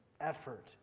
effort